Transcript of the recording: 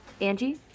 Angie